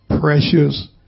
precious